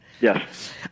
Yes